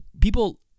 People